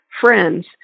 friends